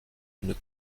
une